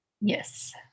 yes